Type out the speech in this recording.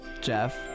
Jeff